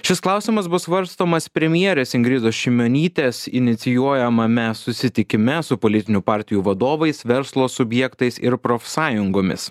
šis klausimas bus svarstomas premjerės ingridos šimionytės inicijuojamame susitikime su politinių partijų vadovais verslo subjektais ir profsąjungomis